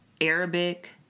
Arabic